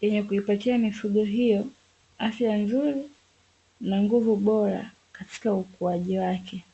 yenye kuipatia mifugo hiyo afya nzuri na nguvu bora katika ukuaji wake.